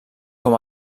com